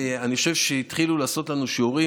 כשהתחילו לעשות לנו שיעורים,